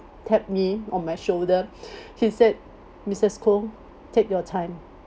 tapped me on my shoulder he said missus koh take your time